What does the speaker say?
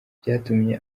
byatumye